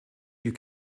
you